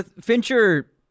Fincher